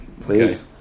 please